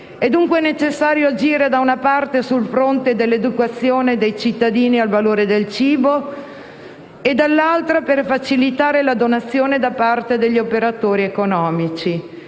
È dunque necessario agire da una parte sul fronte di educazione dei cittadini al valore del cibo e, dall'altra, facilitare la donazione da parte degli operatori economici.